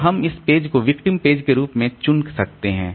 तो हम इस पेज को विक्टिम पेज के रूप में चुन सकते हैं